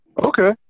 Okay